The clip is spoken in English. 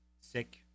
sick